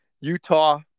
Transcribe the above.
Utah